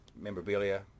memorabilia